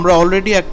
already